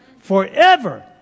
forever